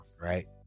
right